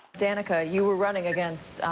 danica, you were running against,